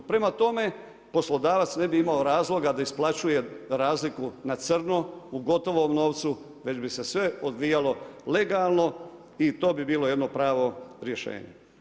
Prema tome, poslodavac ne bi imao razloga da isplaćuje razliku na crno u gotovom novcu, već bi se sve odvijalo legalno i to bi bilo jedno pravo rješenje.